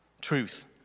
Truth